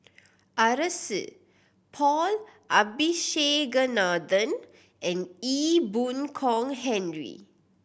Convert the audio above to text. Arasu Paul Abisheganaden and Ee Boon Kong Henry